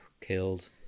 killed